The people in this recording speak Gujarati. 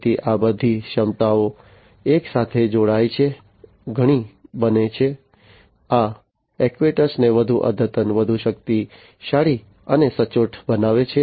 તેથી આ બધી ક્ષમતાઓ એકસાથે જોડાય છે ઘણી બને છે આ એક્ટ્યુએટરને વધુ અદ્યતન વધુ શક્તિશાળી અને સચોટ બનાવે છે